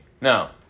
No